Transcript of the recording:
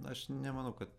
aš nemanau kad